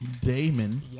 Damon